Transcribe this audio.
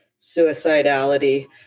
suicidality